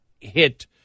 hit